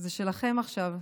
זה שלכם עכשיו.